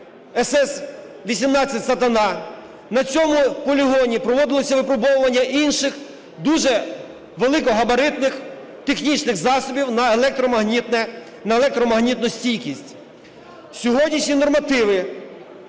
SS-18 "Сатана". На цьому полігоні проводилося випробовування інших дуже великогабаритних технічних засобів на електромагнітну стійкість. Сьогоднішні нормативи